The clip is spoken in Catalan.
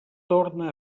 torna